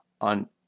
on